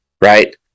right